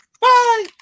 bye